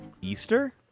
Easter